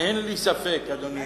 דרך אגב,